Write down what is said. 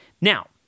Now